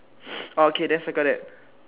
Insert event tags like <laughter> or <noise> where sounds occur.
<noise> orh okay then circle that